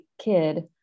kid